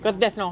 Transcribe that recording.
ya